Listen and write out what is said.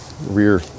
rear